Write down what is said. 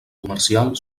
comercial